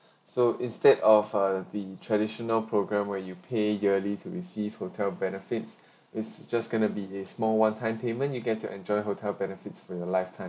so instead of a the traditional program where you pay yearly to receive hotel benefits it's just going to be a small one time payment you get to enjoy hotel benefits for your lifetime